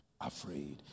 afraid